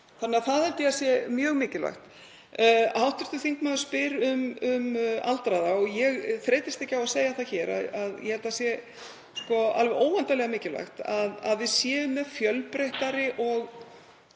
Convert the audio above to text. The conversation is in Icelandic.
Það held ég að sé mjög mikilvægt. Hv. þingmaður spyr um aldraða og ég þreytist ekki á að segja að ég held að það sé alveg óendanlega mikilvægt að við séum með fjölbreyttari,